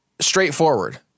straightforward